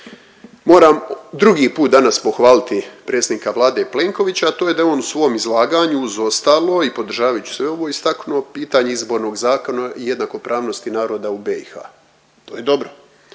Moram drugi put danas pohvaliti predsjednika Vlade Plenkovića, a to je da je on u svom izlaganju uz ostalo i podržavajući sve ovo istaknuo pitanje izbornog zakona i jednakopravnosti naroda u BiH. To je dobro.